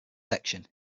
section